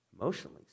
emotionally